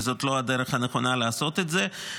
וזאת לא הדרך הנכונה לעשות את זה.